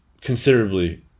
considerably